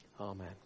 Amen